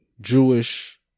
Jewish